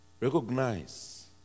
Recognize